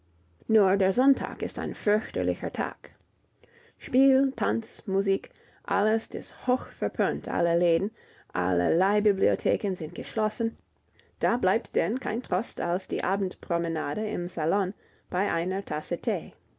nur der sonntag ist ein fürchterlicher tag spiel tanz musik alles ist hoch verpönt alle läden alle leihbibliotheken sind geschlossen da bleibt denn kein trost als die abendpromenade im salon bei einer tasse tee